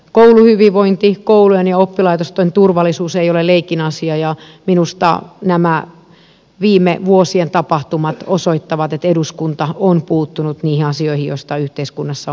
kouluhyvinvointi koulujen ja oppilaitosten turvallisuus ei ole leikin asia ja minusta nämä viime vuosien tapahtumat osoittavat että eduskunta on puuttunut niihin asioihin joista yhteiskunnassa on puhuttu